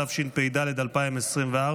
התשפ"ד 2024,